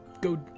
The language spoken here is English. go